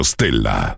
Stella